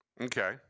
Okay